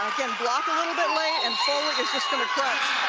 block a little bit late, and foley is just going to crush.